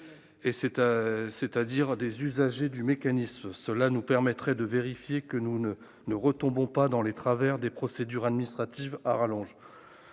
c'est-à-dire des usagers du mécanisme, cela nous permettrait de vérifier que nous ne ne retombons pas dans les travers des procédures administratives à rallonge